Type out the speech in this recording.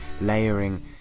layering